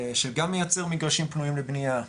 שגם נייצר מגרשים פנויים לבנייה,